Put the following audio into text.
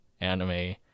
anime